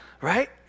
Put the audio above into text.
right